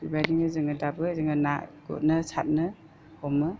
बेबायदिनो जोङो दाबो जोङो ना गुरनो सारनो हमो